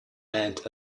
and